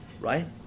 right